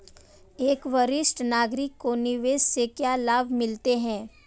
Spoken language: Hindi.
एक वरिष्ठ नागरिक को निवेश से क्या लाभ मिलते हैं?